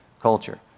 culture